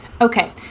Okay